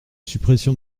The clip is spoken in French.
suppression